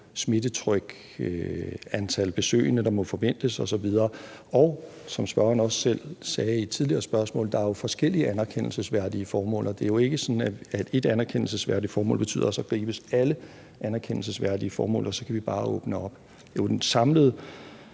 smittetryk, antal besøgende, der må forventes osv. Som spørgeren også selv sagde i et tidligere spørgsmål: Der er jo forskellige anerkendelsesværdige formål, og det er jo ikke sådan, at ét anerkendelsesværdigt formål også betyder alle anerkendelsesværdige formål, og at vi så bare kan åbne op. Det er jo den samlede